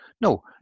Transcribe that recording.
No